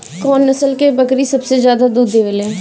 कौन नस्ल की बकरी सबसे ज्यादा दूध देवेले?